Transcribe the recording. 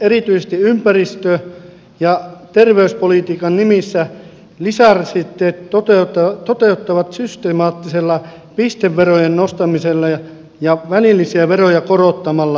erityisesti ympäristö ja terveyspolitiikan nimissä lisärasitteet toteutuvat systemaattisella pisteverojen nostamisella ja välillisiä veroja korottamalla